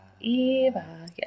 Eva